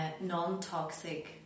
non-toxic